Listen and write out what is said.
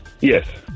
yes